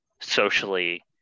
socially